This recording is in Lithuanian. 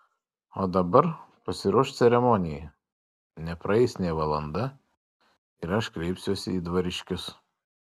o dabar pasiruošk ceremonijai nepraeis nė valanda ir aš kreipsiuosi į dvariškius